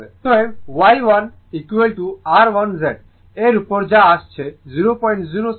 অতএব Y 1 r 1 z এর উপর যা আসছে 006 z 008